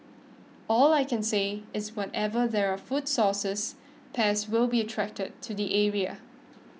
all I can say is wherever there are food sources pests will be attracted to the area